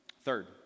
Third